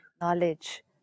knowledge